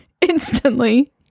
instantly